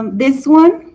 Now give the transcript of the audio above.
um this one,